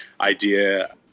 idea